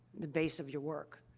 the base of your work?